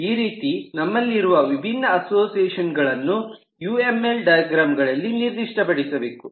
ಈ ರೀತಿ ನಮ್ಮಲ್ಲಿರುವ ವಿಭಿನ್ನ ಅಸೋಸಿಯೇಷನ್ ಗಳನ್ನು ಯುಎಂಎಲ್ ಡೈಗ್ರಾಮ್ಗಳಲ್ಲಿ ನಿರ್ದಿಷ್ಟಪಡಿಸಬೇಕು